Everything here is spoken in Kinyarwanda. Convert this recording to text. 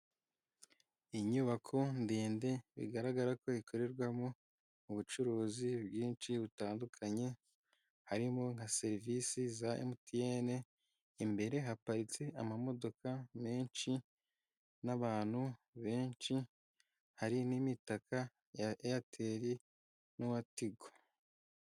Inyubako ndende, bigaragara ko ikorerwamo ubucuruzi bwinshi butandukanye, harimo nka serivisi za emutiyene, imbere haparitse amamodoka menshi n'abantu benshi, hari n'imitaka ya eyateli, n'uwa tigo.